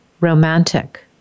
Romantic